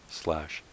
slash